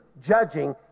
judging